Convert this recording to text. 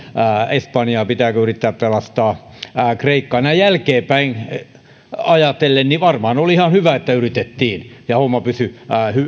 espanja pitääkö yrittää pelastaa kreikka näin jälkeenpäin ajatellen varmaan oli ihan hyvä että yritettiin ja homma pysyi